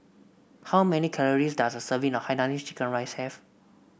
how many calories does a serving a Hainanese Chicken Rice have